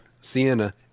Sienna